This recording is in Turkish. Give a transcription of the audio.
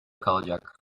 kalacak